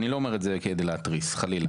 אני לא אומר את זה כדי להתריס חלילה.